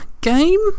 game